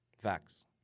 Facts